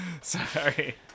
Sorry